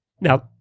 Now